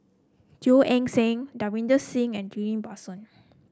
Teo Eng Seng Davinder Singh and Ghillie Basan